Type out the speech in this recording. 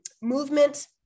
movement